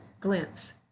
glimpse